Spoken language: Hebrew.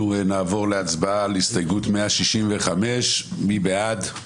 נעבור להצבעה על הסתייגות 165. מי בעד ההסתייגות,